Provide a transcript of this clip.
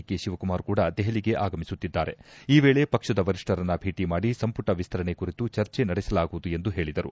ಫೆಶಿವಕುಮಾರ್ ಕೂಡ ದೆಹಲಿಗೆ ಆಗಮಿಸುತ್ತಿದ್ದಾರೆ ಈ ವೇಳೆ ಪಕ್ಷದ ವರಿಷ್ಠರನ್ನ ಭೇಟಿ ಮಾಡಿ ಸಂಮಟ ವಿಸ್ತರಣೆ ಕುರಿತು ಚರ್ಚೆ ನಡೆಸಲಾಗುವುದು ಎಂದು ಹೇಳಿದರು